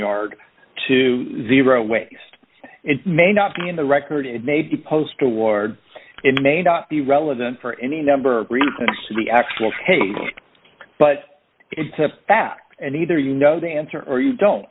yard to zero waste it may not be in the record it may be post award it may not be relevant for any number read the actual page but it's a fact and either you know the answer or you don't